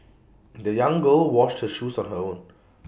the young girl washed her shoes on her own